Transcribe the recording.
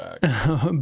back